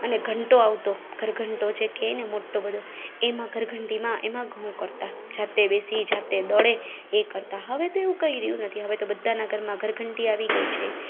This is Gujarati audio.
ઘંટો આવતો ઘર ઘંટો જે કે ને મોટો બધો એમા ઘર ઘંટીમાં એમાં ઘઉં કરતા જાતે બેસી જાતે દળે એ કરતાં હવે તો એવું કઈ રહ્યું નથી હવે તો બધાના ઘરમાં ઘરઘંટી આવી ગઈ છે